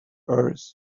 earth